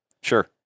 Sure